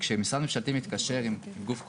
הוא שכשמשרד ממשלתי מתקשר עם גוף כלשהו,